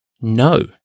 No